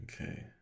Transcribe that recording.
Okay